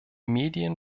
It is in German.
medien